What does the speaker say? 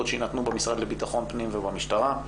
שיינתנו במשרד לביטחון פנים ובמשטרה,